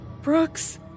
Brooks